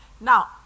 Now